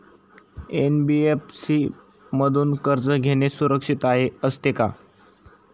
NBFC मधून कर्ज घेणे सुरक्षित असते का?